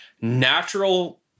natural